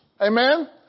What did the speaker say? Amen